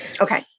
Okay